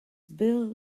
bill